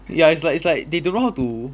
ya it's like it's like they don't how to